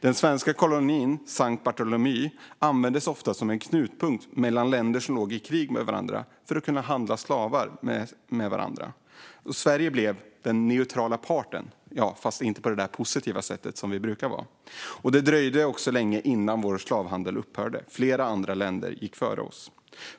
Den svenska kolonin Saint-Barthélemy användes ofta som en knutpunkt mellan länder som låg i krig med varandra för att handla med slavar. Sverige blev den "neutrala parten", fast inte på det positiva sätt vi brukar vara. Det dröjde också länge innan vår slavhandel upphörde - flera andra länder gick före oss.